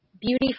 beauty